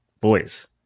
boys